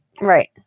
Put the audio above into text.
Right